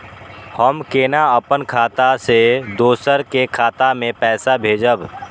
हम केना अपन खाता से दोसर के खाता में पैसा भेजब?